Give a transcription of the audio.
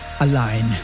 Align